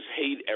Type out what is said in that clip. hate